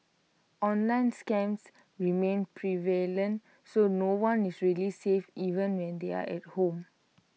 online scams remain prevalent so no one is really safe even when they're at home